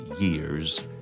years